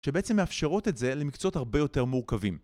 שבעצם מאפשרות את זה למקצועות הרבה יותר מורכבים